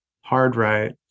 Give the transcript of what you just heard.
hard-right